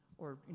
or,